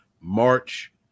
march